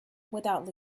without